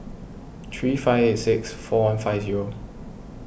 three five eight six four one five zero